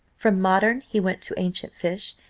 from modern he went to ancient fish,